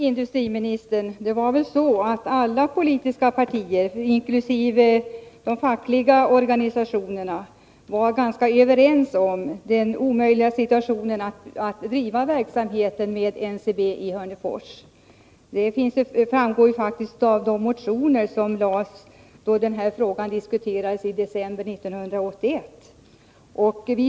Herr talman! Det var väl så, industriministern, att alla politiska partier och även de fackliga organisationerna var ganska överens om det omöjliga i att driva NCB:s verksamhet i Hörnefors. Det framgår faktiskt av de motioner som framlades då denna fråga diskuterades i riksdagen i december 1981.